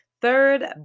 Third